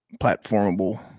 platformable